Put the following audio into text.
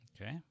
Okay